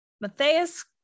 Matthias